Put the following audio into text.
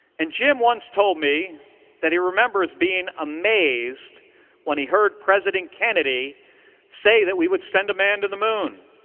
and jim once told me that he remembers being amazed when he heard president kennedy say that we would send a man to the moon.